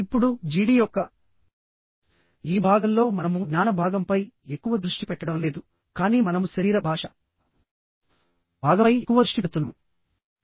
ఇప్పుడు GD యొక్క ఈ భాగంలో మనము జ్ఞాన భాగంపై ఎక్కువ దృష్టి పెట్టడం లేదు కానీ మనము శరీర భాష భాగంపై ఎక్కువ దృష్టి పెడుతున్నాము